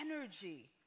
energy